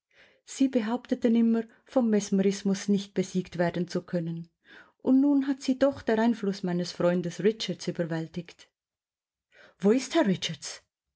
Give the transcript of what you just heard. sie behaupteten immer vom mesmerismus nicht besiegt werden zu können und nun hat sie doch der einfluß meines freundes richards überwältigt wo ist herr richards